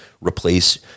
replace